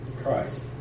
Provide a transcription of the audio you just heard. Christ